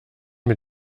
mit